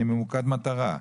אני ממוקד מטרה,